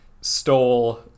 stole